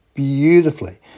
Beautifully